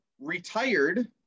retired